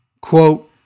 quote